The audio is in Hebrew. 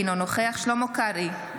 אינו נוכח שלמה קרעי,